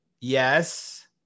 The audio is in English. yes